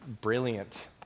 brilliant